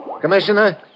Commissioner